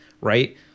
right